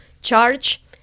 charge